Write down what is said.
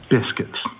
Biscuits